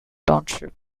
township